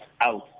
out